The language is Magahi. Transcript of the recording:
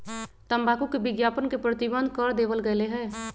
तंबाकू के विज्ञापन के प्रतिबंध कर देवल गयले है